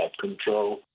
control